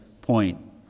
point